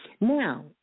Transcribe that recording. Now